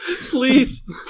Please